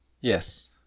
Yes